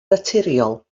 naturiol